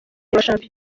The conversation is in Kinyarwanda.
shampiyona